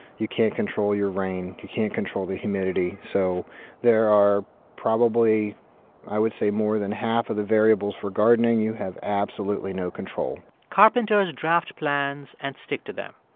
you can't control your rain. you can't control the humidity. so there are probably i would say, more than half of the variables for gardening, you have absolutely no control carpenters draft plans and stick to them.